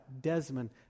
Desmond